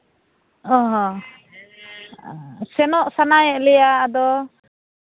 ᱚ ᱦᱚᱸ ᱥᱮᱱᱚᱜ ᱥᱟᱱᱟᱭᱮᱫ ᱞᱮᱭᱟ ᱟᱫᱚ